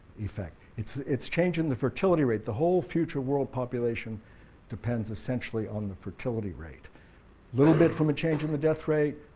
effect. its its change in the fertility rate, the whole future world population depends essentially on the fertility rate. a little bit from a change in the death rate,